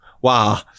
wow